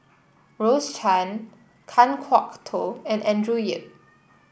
Rose Chan Kan Kwok Toh and Andrew Yip